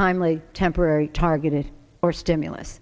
timely temporary targeted or stimulus